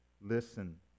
listen